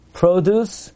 produce